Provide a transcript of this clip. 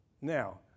Now